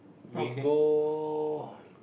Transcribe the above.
we go